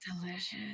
Delicious